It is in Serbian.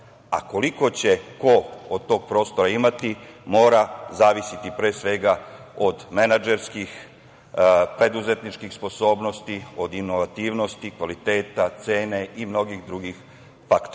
a koliko će ko od tog prostora imati mora zavisiti, pre svega, od menadžerskih, preduzetničkih sposobnosti, od inovativnosti, kvaliteta, cene i mnogih drugih